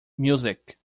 music